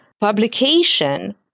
publication